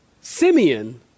Simeon